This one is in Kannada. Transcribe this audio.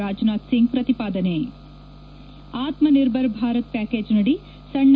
ರಾಜನಾಥ್ ಸಿಂಗ್ ಪ್ರತಿಪಾದನೆ ಆತ್ಸನಿರ್ಭರ್ ಭಾರತ್ ಪ್ಲಾಕೇಜ್ನಡಿ ಸಣ್ಣ